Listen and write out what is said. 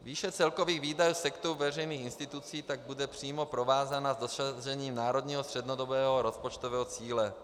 Výše celkových výdajů sektoru veřejných institucí tak bude přímo provázána s dosažením národního střednědobého rozpočtového cíle.